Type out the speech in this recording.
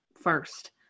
first